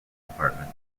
department